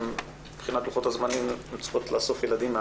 ומבחינת לוחות הזמנים הן צריכות לאסוף ילדים מן